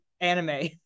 anime